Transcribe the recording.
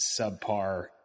subpar